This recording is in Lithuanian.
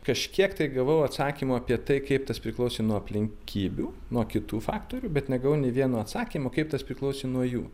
kažkiek tai gavau atsakymų apie tai kaip tas priklausė nuo aplinkybių nuo kitų faktorių bet negavau nė vieno atsakymo kaip tas priklausė nuo jų